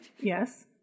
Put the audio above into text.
Yes